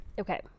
okay